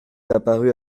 apparue